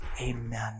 Amen